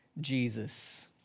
Jesus